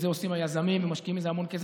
את זה עושים היזמים ומשקיעים בזה המון כסף.